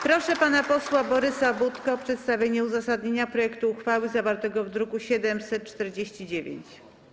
Proszę pana posła Borysa Budkę o przedstawienie uzasadnienia projektu uchwały zawartego w druku nr 749.